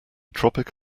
tropic